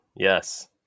Yes